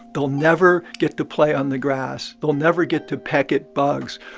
they'll never get to play on the grass. they'll never get to peck at bugs.